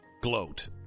gloat